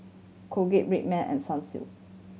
Colgate Red Man and Sunsilk